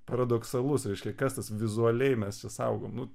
paradoksalus reiškia kas tas vizualiai mes čia saugom